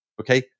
Okay